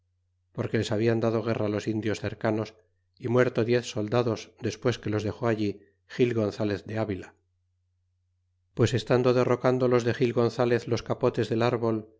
porque les hablan dado guerra los indios cercanos y muerto diez soldados despues que los dexó allí gil gonzalez de avila pues estando derrocando los de gil gonzalez los capotes del árbol